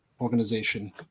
organization